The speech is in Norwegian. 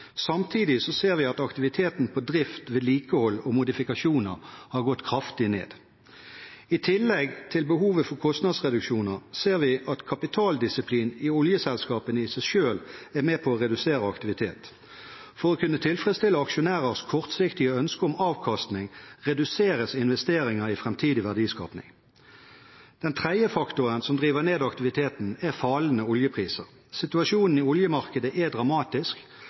Samtidig ser vi at aktiviteten på drift, vedlikehold og modifikasjoner har gått kraftig ned. I tillegg til behovet for kostnadsreduksjoner ser vi at kapitaldisiplinen i oljeselskapene i seg selv er med på å redusere aktiviteten. For å tilfredsstille aksjonærers kortsiktige ønske om avkastning reduseres investeringer i framtidig verdiskaping. Den tredje faktoren som driver ned aktiviteten, er fallende oljepriser. Situasjonen i oljemarkedet er dramatisk,